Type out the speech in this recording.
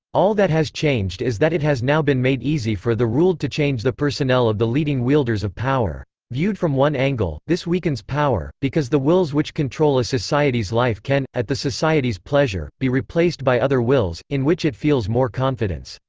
all that has changed is that it has now been made easy for the ruled to change the personnel of the leading wielders of power. viewed from one angle, this weakens power, because the wills which control a society's life can, at the society's pleasure, be replaced by other wills, in which it feels more confidence.